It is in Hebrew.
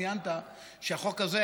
ציינת שהחוק הזה,